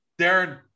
Darren